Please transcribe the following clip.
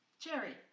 Cherry